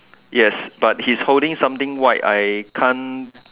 yes but he is holding something white I can't